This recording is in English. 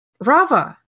Rava